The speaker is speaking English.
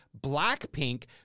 Blackpink